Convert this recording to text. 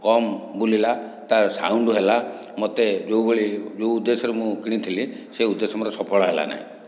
କମ ବୁଲିଲା ତା'ର ସାଉଣ୍ଡ ହେଲା ମୋତେ ଯେଉଁ ଭଳି ଯେଉଁ ଉଦ୍ଦେଶ୍ୟରେ ମୁଁ କିଣିଥିଲି ସେ ଉଦ୍ଦେଶ୍ୟ ମୋର ସଫଳ ହେଲା ନାହିଁ